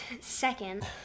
second